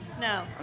No